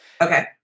Okay